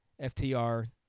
FTR